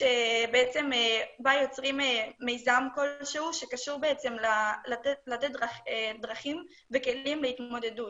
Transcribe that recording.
שבעצם בה יוצרים מיזם כלשהוא שקשור לתת דרכים וכלים להתמודדות.